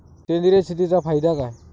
सेंद्रिय शेतीचा फायदा काय?